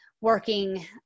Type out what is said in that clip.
working